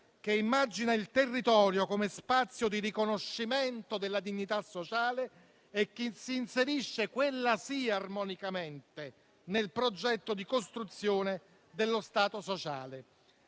che immagina il territorio come spazio di riconoscimento della dignità sociale, che si inserisce - quella sì, armonicamente - nel progetto di costruzione dello Stato sociale.